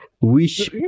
wish